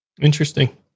Interesting